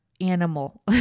animal